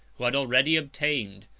who had already obtained,